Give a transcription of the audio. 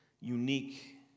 unique